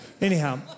Anyhow